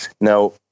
Now